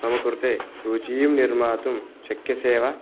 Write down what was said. मम कृते सूचीं निर्मातुं शक्यसे वा